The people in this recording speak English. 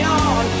on